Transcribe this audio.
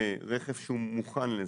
ברכב שהוא מוכן לזה.